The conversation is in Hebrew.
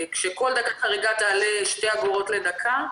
וכל דקה חריגה תעלה 2 אגורות לדקה,